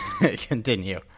continue